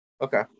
Okay